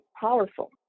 powerful